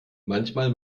manchmal